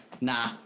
Nah